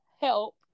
help